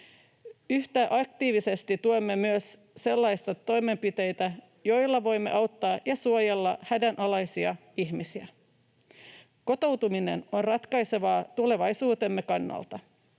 Yhtä aktiivisesti tuemme myös sellaisia toimenpiteitä, joilla voimme auttaa ja suojella hädänalaisia ihmisiä. Kotoutuminen on ratkaisevaa tulevaisuutemme kannalta.